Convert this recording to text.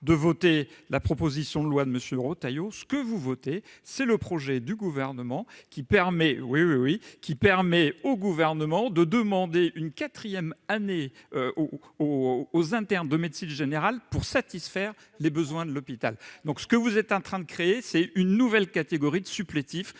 de voter la proposition de loi de M. Retailleau. Mais ce que vous votez, c'est le projet du Gouvernement, qui permet de demander une quatrième année aux internes de médecine générale pour satisfaire les besoins de l'hôpital. Bien sûr ! Ce que vous êtes en train de créer, c'est une nouvelle catégorie de supplétifs